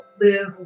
live